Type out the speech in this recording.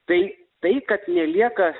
tai tai kad nelieka